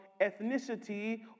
ethnicity